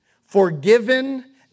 forgiven